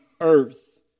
earth